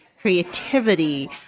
creativity